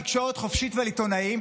על תקשורת חופשית ועל עיתונאים,